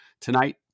tonight